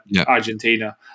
Argentina